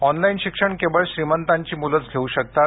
online शिक्षण फक्त श्रीमंतांची मुलेच घेऊ शकतात